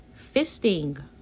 fisting